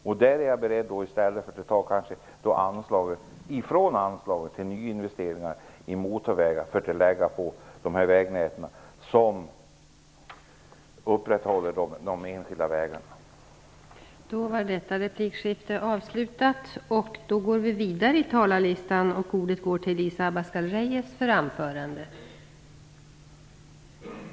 Jag är beredd att ta från anslaget till nyinvesteringar i motorvägar för att lägga på det vägnät de enskilda vägarna utgör.